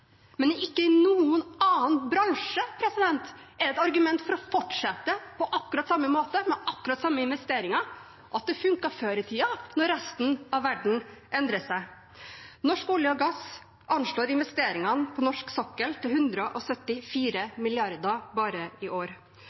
men ikke i noen annen bransje er det et argument for å fortsette på akkurat samme måte med akkurat samme investeringer – at det funket før i tiden, når resten av verden endrer seg. Norsk olje og gass anslår investeringene på norsk sokkel til 174 mrd. kr bare i år.